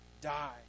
die